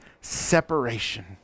separation